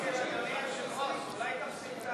אדוני היושב-ראש, אולי תפסיק את